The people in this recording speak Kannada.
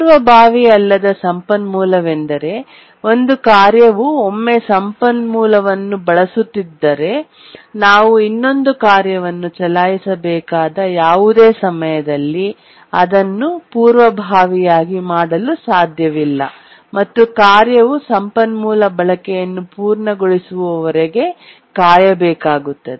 ಪೂರ್ವಭಾವಿ ಅಲ್ಲದ ಸಂಪನ್ಮೂಲವೆಂದರೆ ಒಂದು ಕಾರ್ಯವು ಒಮ್ಮೆ ಸಂಪನ್ಮೂಲವನ್ನು ಬಳಸುತ್ತಿದ್ದರೆ ನಾವು ಇನ್ನೊಂದು ಕಾರ್ಯವನ್ನು ಚಲಾಯಿಸಬೇಕಾದ ಯಾವುದೇ ಸಮಯದಲ್ಲಿ ಅದನ್ನು ಪೂರ್ವಭಾವಿಯಾಗಿ ಮಾಡಲು ಸಾಧ್ಯವಿಲ್ಲ ಮತ್ತು ಕಾರ್ಯವು ಸಂಪನ್ಮೂಲ ಬಳಕೆಯನ್ನು ಪೂರ್ಣಗೊಳಿಸುವವರೆಗೆ ಕಾಯಬೇಕಾಗುತ್ತದೆ